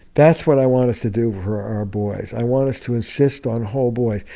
that's what i want us to do for our boys. i want us to insist on whole boys.